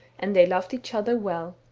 and they loved each other well.